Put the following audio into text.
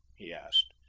he asked.